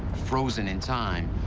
frozen in time.